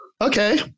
okay